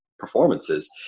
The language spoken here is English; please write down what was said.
Performances